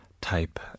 type